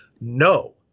No